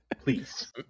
please